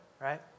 right